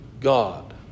God